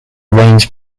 raines